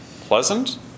pleasant